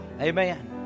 Amen